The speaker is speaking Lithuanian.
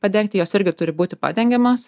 padengti jos irgi turi būti padengiamos